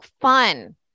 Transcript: fun